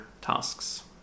tasks